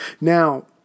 Now